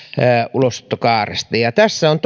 ulosottokaaresta tässä on